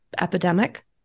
epidemic